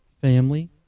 family